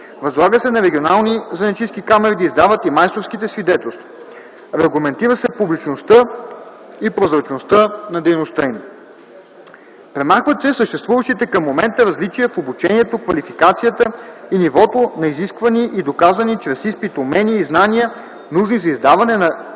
Възлага се на регионални занаятчийски камари да издават и майсторските свидетелства. Регламентира се публичността и прозрачността на дейността им. Премахват се съществуващите към момента различия в обучението, квалификацията и нивото на изисквани и доказвани чрез изпит умения и знания, нужни за издаване на